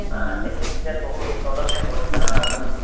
आ यच्छन्ति चेत् बहु सौलभ्यं भवति पठनार्थम्